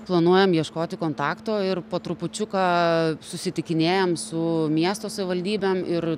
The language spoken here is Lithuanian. planuojam ieškoti kontakto ir po trupučiuką susitikinėjam su miesto savivaldybėm ir